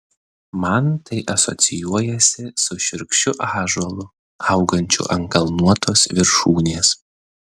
man tai asocijuojasi su šiurkščiu ąžuolu augančiu ant kalnuotos viršūnės